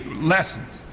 lessons